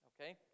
Okay